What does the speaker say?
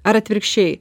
ar atvirkščiai